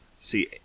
See